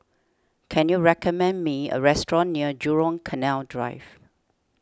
can you recommend me a restaurant near Jurong Canal Drive